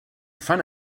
front